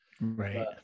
Right